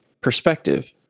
perspective